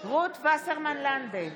רות וסרמן לנדה,